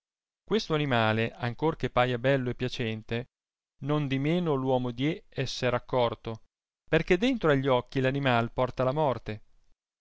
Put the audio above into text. questo animale ancor che paia bello e piacente nondimeno l'uomo die esser accorto perchè dentro agli occhi l'animai porta la morte